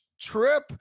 trip